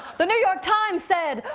the new york times said,